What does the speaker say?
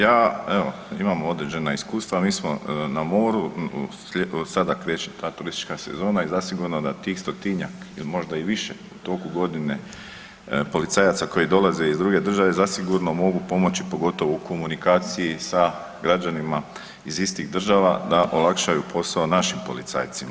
Ja evo imam određena iskustva, mi smo na moru, sada kreće ta turistička sezona i zasigurno da tih 100-tinjak ili možda i više u toku godine policajaca koji dolaze iz druge države zasigurno mogu pomoći, pogotovo u komunikaciji sa građanima iz istih država da olakšaju posao našim policajcima.